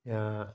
जां